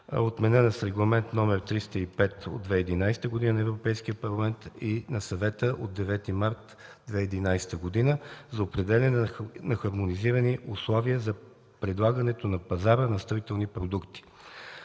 отменена с Регламент 305 от 2011 г. на Европейския парламент и на Съвета от 9 март 2011 г., за определяне на хармонизирани условия за предлагането на пазара на строителни продукти.